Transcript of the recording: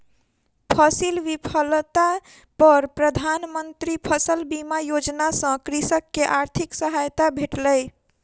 फसील विफलता पर प्रधान मंत्री फसल बीमा योजना सॅ कृषक के आर्थिक सहायता भेटलै